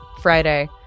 Friday